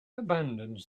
abandons